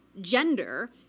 gender